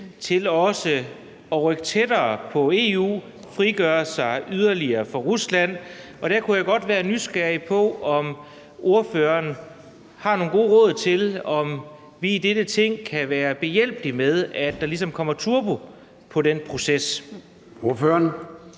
til også at rykke tættere på EU og frigøre sig yderligere fra Rusland. Og der kunne jeg godt være nysgerrig på, om ordføreren har nogle gode råd til, om vi i dette Ting kan være behjælpelige med, at der ligesom kommer turbo på den proces.